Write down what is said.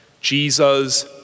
Jesus